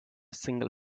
single